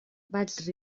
vaig